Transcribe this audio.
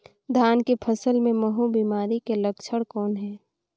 धान के फसल मे महू बिमारी के लक्षण कौन हे?